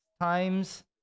times